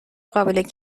قابل